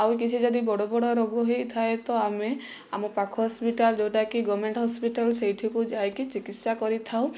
ଆଉ କିଛି ଯଦି ବଡ଼ ବଡ଼ ରୋଗ ହୋଇଥାଏ ତ ଆମେ ଆମ ପାଖ ହସ୍ପିଟାଲ ଯେଉଁଟା କି ଗଭମେଣ୍ଟ ହସ୍ପିଟାଲ ସେଇଠିକୁ ଯାଇକି ଚିକିତ୍ସା କରିଥାଉ